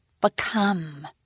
become